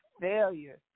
failure